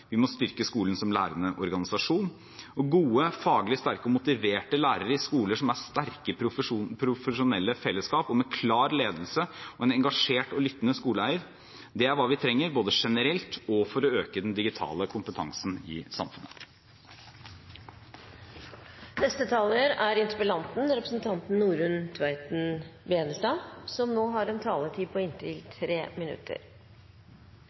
Vi må styrke skolen som lærende organisasjon. Gode, faglig sterke og motiverte lærere i skoler som har sterke profesjonelle fellesskap, med klar ledelse, og en engasjert og lyttende skoleeier – det er hva vi trenger, både generelt og for å øke den digitale kompetansen i samfunnet. Jeg takker statsråden for et grundig svar. Jeg er glad for at statsråden i mandatet til rammeplanutvalget har